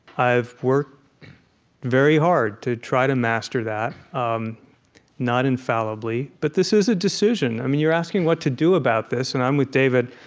i've worked very hard to try to master that, um not infallibly. but this is a decision. i mean, you're asking what to do about this, and i'm with david.